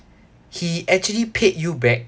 he actually paid you back